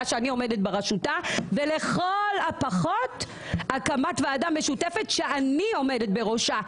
שאני עומדת בראשותה ולכל הפחות הקמת ועדה משותפת שאני עומדת בראשה.